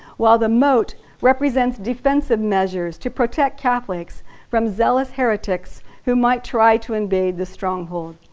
while the moat represents defensive measures to protect catholics from zealous heretics who might try to invade the stronghold.